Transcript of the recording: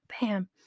bam